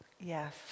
Yes